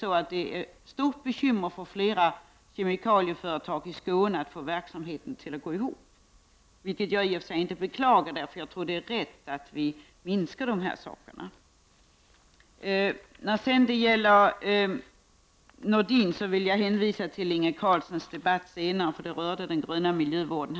Många kemikalieföretag i Skåne har fått vidkännas svårigheter att få verksamheten att gå ihop. Det beklagar jag i och för sig inte. Jag tycker nämligen det är rätt att minska bl.a. fosforhalten i tvättmedel. I sitt inlägg tog Anders Nordin bl.a. upp frågan om den gröna miljövården.